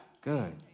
Good